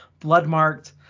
Bloodmarked